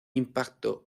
impacto